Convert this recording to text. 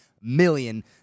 million